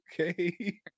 Okay